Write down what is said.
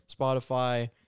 Spotify